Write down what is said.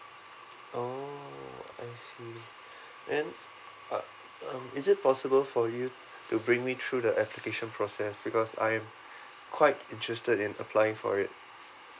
oh I see then uh um is it possible for you to bring me through the application process because I am quite interested in applying for it